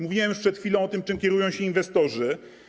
Mówiłem już przed chwilą o tym, czym kierują się inwestorzy.